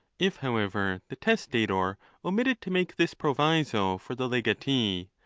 if, however, the testator omitted to make this proviso for the legatee,